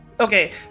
Okay